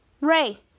Ray